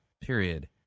period